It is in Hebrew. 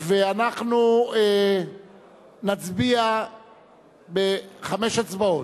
ואנחנו נצביע חמש הצבעות.